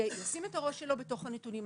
שישים את הראש שלו בתוך הנתונים,